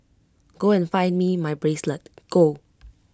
go and find me my bracelet go